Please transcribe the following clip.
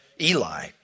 Eli